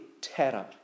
terror